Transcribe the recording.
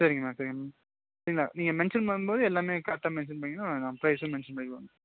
சரிங்க மேம் சரிங்க மேம் இல்லை நீங்கள் மென்சன் பண்ணணும் போது எல்லாமே கரெக்டாக மென்சன் பண்ணிங்கன்னால் நான் ப்ரைஸும் மென்சன் பண்ணிவிடுவேன்